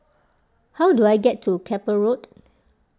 how do I get to Keppel Road